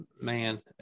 man